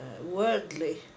worldly